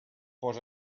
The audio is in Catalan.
post